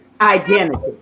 identity